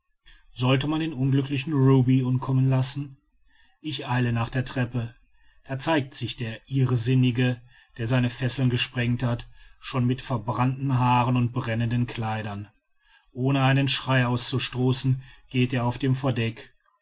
soll man den unglücklichen ruby umkommen lassen ich eile nach der treppe da zeigt sich der irrsinnige der seine fesseln gesprengt hat schon mit verbrannten haaren und brennenden kleidern ohne einen schrei auszustoßen geht er auf dem verdecke